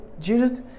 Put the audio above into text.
Judith